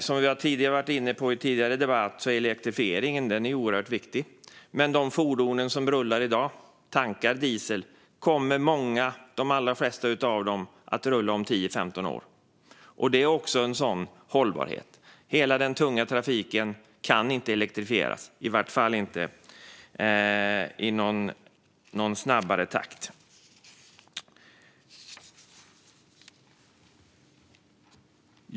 Som vi har varit inne på i tidigare debatter är elektrifieringen oerhört viktig. Men de allra flesta fordon som rullar i dag och som tankas med diesel kommer att rulla också om tio femton år. Det handlar också om hållbarhet. Hela den tunga trafiken kan inte elektrifieras, i vart fall inte i någon snabbare takt.